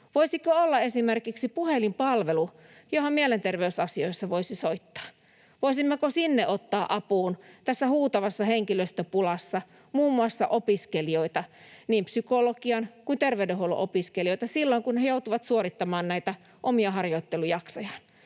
Voisiko olla esimerkiksi puhelinpalvelu, johon mielenterveysasioissa voisi soittaa? Voisimmeko sinne ottaa apuun tässä huutavassa henkilöstöpulassa muun muassa opiskelijoita, niin psykologian kuin terveydenhuollon opiskelijoita, silloin kun he joutuvat suorittamaan omia harjoittelujaksojaan,